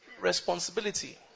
responsibility